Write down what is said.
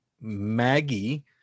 maggie